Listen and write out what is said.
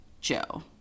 Joe